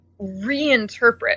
reinterpret